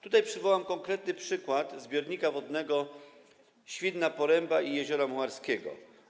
Tutaj podam konkretny przykład Zbiornika Wodnego Świnna Poręba i Jeziora Mucharskiego.